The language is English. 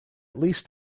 least